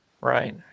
Right